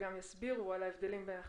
נבקש שגם יסבירו על ההבדלים בין החיסונים.